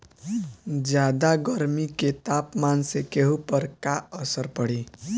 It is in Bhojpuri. ज्यादा गर्मी के तापमान से गेहूँ पर का असर पड़ी?